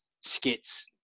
skits